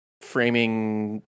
framing